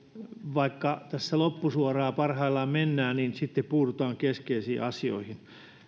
vaikka tässä loppusuoraa parhaillaan mennään niin puututaan keskeisiin asioihin